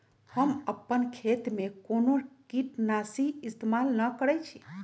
हम अपन खेत में कोनो किटनाशी इस्तमाल न करई छी